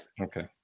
okay